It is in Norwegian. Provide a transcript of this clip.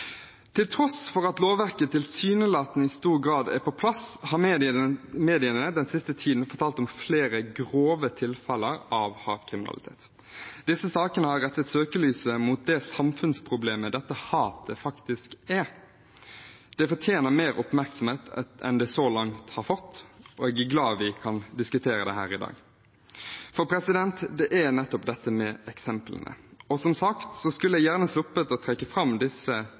at lovverket tilsynelatende i stor grad er på plass, har mediene den siste tiden fortalt om flere grove tilfeller av hatkriminalitet. Disse sakene har rettet søkelyset mot det samfunnsproblemet dette hatet faktisk er. Det fortjener mer oppmerksomhet enn det så langt har fått, og jeg er glad vi kan diskutere det her i dag. For det er nettopp dette med eksemplene. Som sagt skulle jeg gjerne sluppet å trekke fram disse